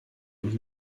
und